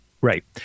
Right